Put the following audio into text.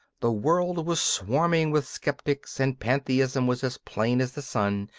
the world was swarming with sceptics, and pantheism was as plain as the sun,